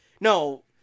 no